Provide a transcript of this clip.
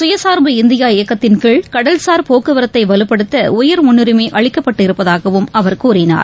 சுயசார்பு இந்தியா இயக்கத்தின் கீழ் கடல் சார் போக்குவரத்தைவலுப்படுத்தஉயர்முன்னுரிமைஅளிக்கப்பட்டு இருப்பதாகவும் அவர் கூறினார்